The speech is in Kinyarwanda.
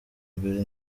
mbere